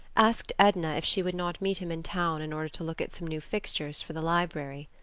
asked edna if she would not meet him in town in order to look at some new fixtures for the library.